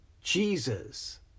Jesus